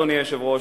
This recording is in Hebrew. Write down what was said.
אדוני היושב-ראש,